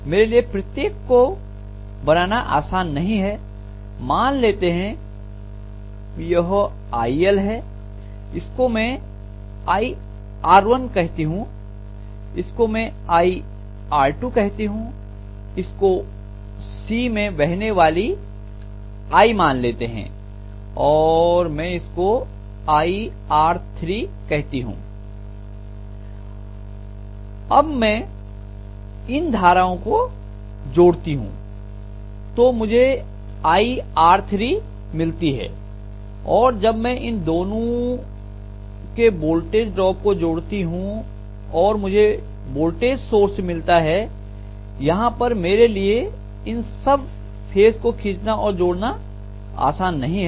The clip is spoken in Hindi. मेरे लिए प्रत्येक को बनाना आसान नहीं है मान लेते हैं यह iLहै इसको मैं iR1 कहती हूं इसको मैं iR2 कहती हूं इसको C में बहने वाली i मान लेते हैं और मैं इसको iR3 कहती हूं अब मैं इन धाराओं को जोड़ती हूं तो मुझे iR3 मिलती है और जब मैं इन दोनों के वोल्टेज ड्रॉप को जोड़ती हूं और मुझे वोल्टेज सोर्स मिलता है यहां पर मेरे लिए इन सब फेज को खींचना और जोड़ना आसान नहीं है